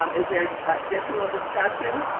um is there additional discussion?